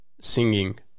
singing